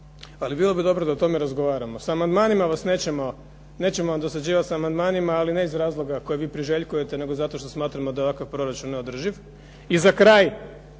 ali bilo bi dobro da o tome razgovaramo. S amandmanima vam nećemo dosađivati, ali ne iz razloga koje vi priželjkujete, nego zato što smatramo da je ovakav Proračun neodrživ. I za kraj,